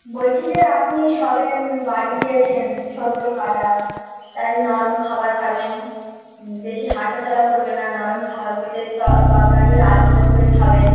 বলছি যে আপনি সবে বাড়ি গিয়েছেন সদ্য কাটা তাই নরম খাবার খাবেন বেশি হাঁটা চলা করবে না নরম খাবার বলতে ত তরকারি আঝোলা করে খাবেন